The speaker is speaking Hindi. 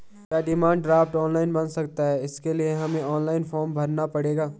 क्या डिमांड ड्राफ्ट ऑनलाइन बन सकता है इसके लिए हमें ऑनलाइन फॉर्म भरना पड़ेगा?